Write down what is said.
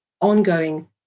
ongoing